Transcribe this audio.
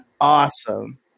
awesome